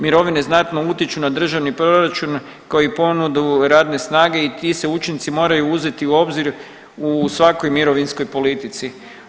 Mirovine znatno utječu na državni proračun koji ponudu radne snage i ti se učinci moraju uzeti u obzir u svakoj mirovinskoj politici.